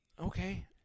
Okay